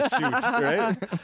right